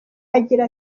agira